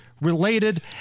related